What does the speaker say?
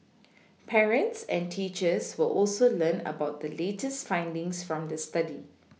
parents and teachers will also learn about the latest findings from the study